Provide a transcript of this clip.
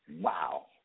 Wow